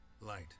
Light